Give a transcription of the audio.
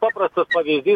paprastas pavyzdys